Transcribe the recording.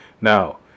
now